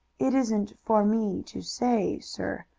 it isn't for me to say, sir.